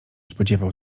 spodziewał